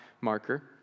marker